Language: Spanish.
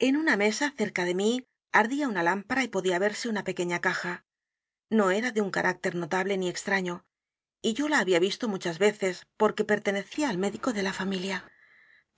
en una mesa cerca de mí ardía una lámpara y podía verse una pequeña caja no era de u n carácter notable ni extraño y yo la había visto m u c h a s veces porque pertenecía al médico de la familia